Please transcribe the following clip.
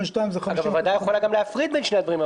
אגב הוועדה יכולה גם להפריד בין שני הדברים,